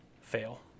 fail